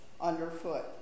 underfoot